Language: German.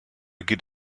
geht